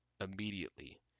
immediately